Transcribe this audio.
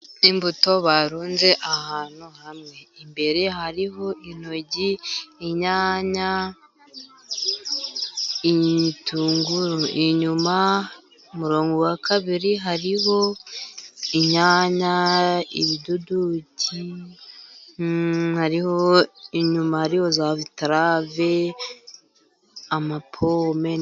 Imbuto barunze ahantu hamwe, imbere hariho intoryi, inyanya, ibitunguru, inyuma ku murongo wa kabiri hariho inyanya, ibidodoki, inyuma hariho za betirave, amapome.